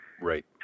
right